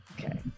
Okay